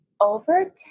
over